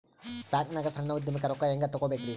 ಬ್ಯಾಂಕ್ನಾಗ ಸಣ್ಣ ಉದ್ಯಮಕ್ಕೆ ರೊಕ್ಕ ಹೆಂಗೆ ತಗೋಬೇಕ್ರಿ?